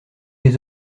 les